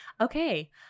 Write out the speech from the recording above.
okay